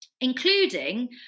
including